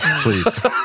please